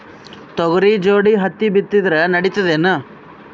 ತೊಗರಿ ಜೋಡಿ ಹತ್ತಿ ಬಿತ್ತಿದ್ರ ನಡಿತದೇನು?